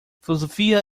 filosofia